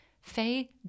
Faye